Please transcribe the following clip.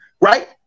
right